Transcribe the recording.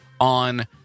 on